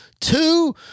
two